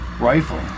rifle